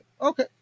Okay